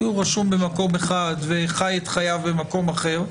הוא רשום במקום אחד וחי את חייו במקום אחר,